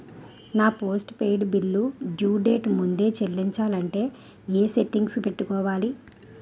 నా post paid bill due date ముందే చెల్లించాలంటే ఎ సెట్టింగ్స్ పెట్టుకోవాలి?